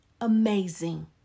amazing